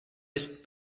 ist